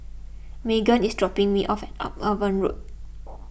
Meagan is dropping me off at Upavon Road